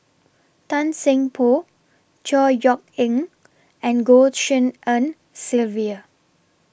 Tan Seng Poh Chor Yeok Eng and Goh Tshin En Sylvia